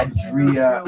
Adria